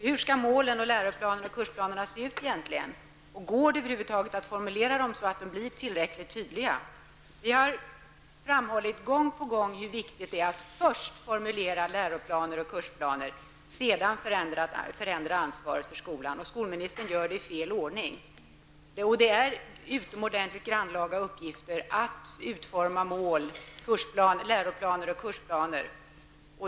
Hur skall målen och läro och kursplaner egentligen se ut, och går det över huvud taget att formulera dem så att de blir tillräckligt tydliga? Vi har gång på gång framhållit hur viktigt det är att först formulera läro och kursplaner och att sedan förändra ansvaret för skolan. Skolministern gör det i fel ordning. Det är utomordentligt grannlaga uppgifter att utforma mål, läroplaner och kursplaner.